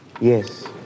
Yes